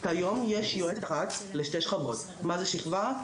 כיום יש יועצת אחת לשתי שכבות, מה זה שכבה?